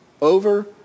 over